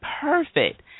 perfect